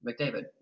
McDavid